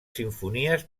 simfonies